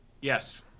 Yes